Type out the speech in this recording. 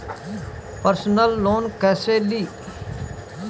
Personal loan कैसे ली?